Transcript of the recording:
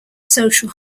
social